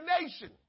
nation